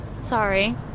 Sorry